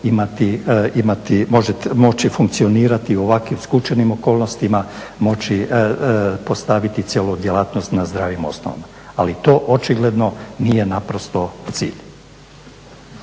moći funkcionirati u ovakvim skučenim okolnostima, moći postaviti cijelu djelatnost na zdravim osnovama. Ali to očigledno nije naprosto cilj.